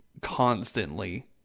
constantly